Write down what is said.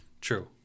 True